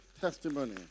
testimony